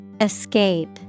Escape